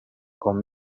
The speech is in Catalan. com